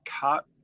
cut